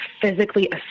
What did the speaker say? physically